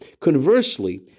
Conversely